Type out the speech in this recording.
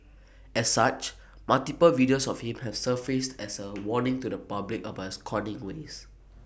as such multiple videos of him have surfaced as A warning to the public about his conning ways